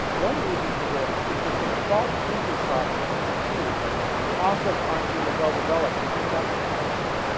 one reason for this is that the default thinking processes we use often aren't really well developed to think about systems issues.